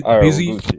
busy